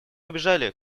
убежали